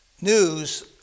News